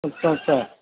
اچھا اچھا